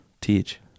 teach